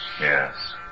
Yes